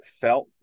felt